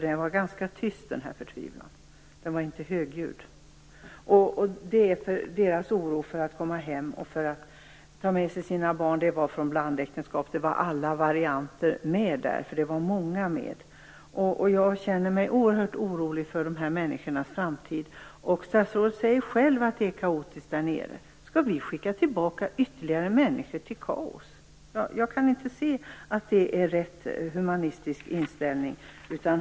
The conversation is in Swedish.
Det var en ganska tyst förtvivlan. Den var inte högljudd. De var oroliga för att komma hem och för att ta med sig sina barn. Det var människor i blandäktenskap, det var alla varianter, för det var många med. Jag känner mig oerhört orolig för de här människornas framtid. Statsrådet säger själv att det är kaotiskt där nere. Skall vi skicka tillbaka ytterligare människor till kaos? Jag kan inte se att det är en riktig humanistisk inställning.